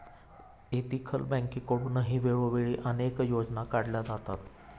ethical बँकेकडूनही वेळोवेळी अनेक योजना काढल्या जातात